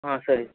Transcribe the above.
ಹಾಂ ಸರಿ